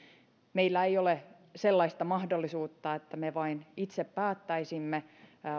meillä ei ole sellaista mahdollisuutta että me vain itse päättäisimme